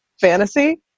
fantasy